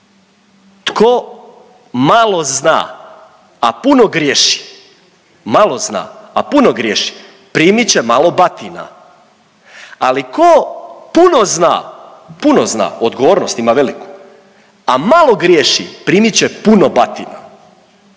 malo zna a puno griješi primit će malo batina, ali tko puno zna, puno zna odgovornost ima veliku a malo griješi primit će puno batina.